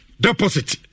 deposit